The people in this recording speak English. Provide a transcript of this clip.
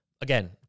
again